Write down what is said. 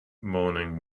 morning